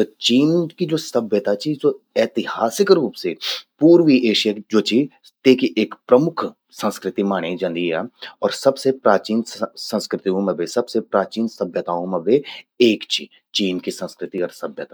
त चीन की ज्वो सभय्ता चि स्वो ऐतिहासिक रूप से पूर्वी एशिया ज्वो चि, तेकि एक प्रमुख संस्कृति माणये जंदि या। अर सबसे प्राचीन संस्कृत्यूं, सबसे प्राचीन सभ्यताओं मां बे एक चि, चीन की संस्कृति और सभ्यता।